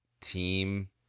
team